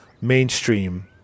mainstream